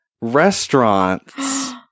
restaurant's